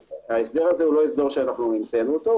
ההסבר הזה לא המצאנו אותו.